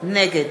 נגד